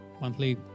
monthly